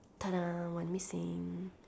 !tada! one missing